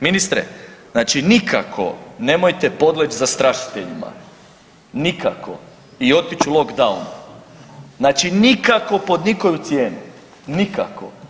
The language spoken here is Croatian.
Ministre znači nikako nemojte podleći zastrašiteljima nikako i otići u lockdown, znači nikako pod nikoju cijenu, nikako.